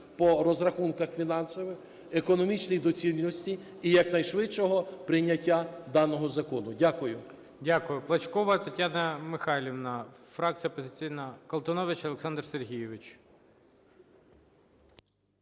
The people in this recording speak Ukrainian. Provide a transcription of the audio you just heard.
по розрахунках фінансових, економічній доцільності і якнайшвидшого прийняття даного закону. Дякую.